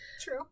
True